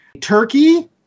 Turkey